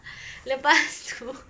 lepas tu